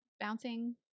Bouncing